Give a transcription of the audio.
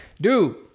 dude